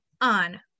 on